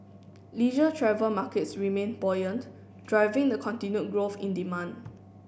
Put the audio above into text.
leisure travel markets remained buoyant driving the continued growth in demand